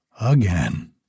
Again